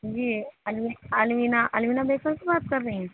جی Alvina Alvina bakers سے بات کر رہی ہیں